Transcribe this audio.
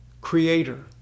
Creator